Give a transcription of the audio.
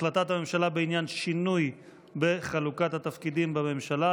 החלטת הממשלה בעניין שינוי בחלוקת התפקידים בממשלה.